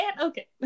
okay